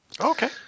Okay